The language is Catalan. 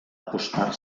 apostar